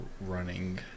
running